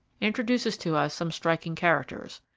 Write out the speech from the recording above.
introduces to us some striking characters.